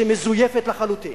שהיא מזויפת לחלוטין,